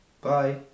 bye